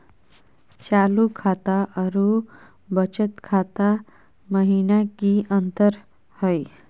चालू खाता अरू बचत खाता महिना की अंतर हई?